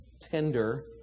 tender